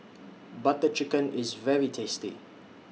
Butter Chicken IS very tasty